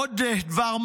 עוד דבר מה.